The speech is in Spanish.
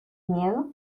miedo